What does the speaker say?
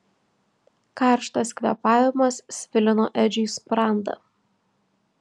karštas kvėpavimas svilino edžiui sprandą